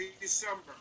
December